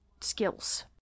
skills